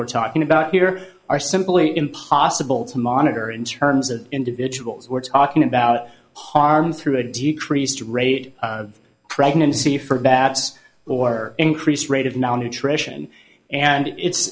we're talking about here are simply impossible to monitor in terms of individuals we're talking about harm through a decreased rate of pregnancy for bats or increased rate of non nutrition and it's